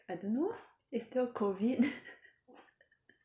I don't know it's still COVID